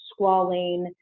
squalene